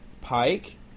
Pike